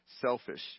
selfish